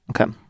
okay